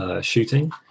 shooting